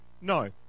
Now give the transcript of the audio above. No